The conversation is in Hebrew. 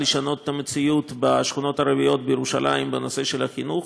לשנות את המציאות בשכונות הערביות בירושלים בנושא החינוך,